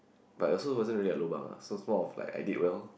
but also wasn't really like a lobang ah so it's more of like I did well